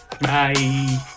Bye